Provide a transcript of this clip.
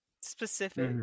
Specific